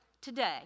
today